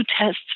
tests